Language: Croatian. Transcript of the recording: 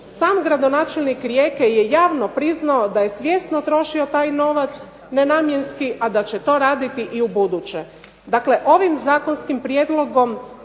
sam gradonačelnik Rijeke je javno priznao da je svjesno trošio taj novac nenamjenski, a da će to raditi i ubuduće. Dakle, ovim zakonskim prijedlogom